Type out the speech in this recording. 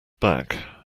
back